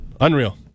Unreal